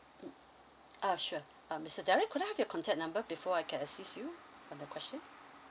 mmhmm uh sure um mister derrick could I have your contact number before I can assist you on the question